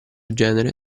genere